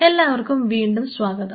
എല്ലാവർക്കും വീണ്ടും സ്വാഗതം